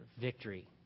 victory